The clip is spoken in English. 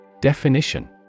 Definition